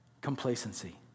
complacency